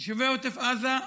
יישובי עוטף עזה,